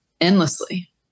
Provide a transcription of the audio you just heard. endlessly